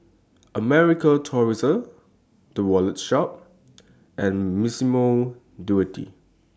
American Tourister The Wallet Shop and Massimo Dutti